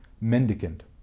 mendicant